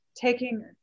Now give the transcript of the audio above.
taking